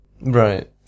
Right